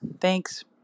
Thanks